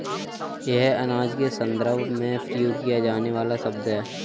यह अनाज के संदर्भ में प्रयोग किया जाने वाला शब्द है